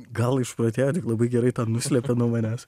gal išprotėjo labai gerai tą nuslėpė nuo manęs